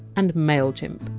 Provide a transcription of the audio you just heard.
and mailchimp.